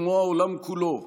כמו העולם כולו,